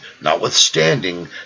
notwithstanding